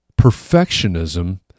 Perfectionism